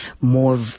more